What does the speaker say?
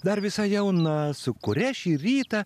dar visai jauna su kuria šį rytą